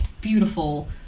beautiful